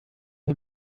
him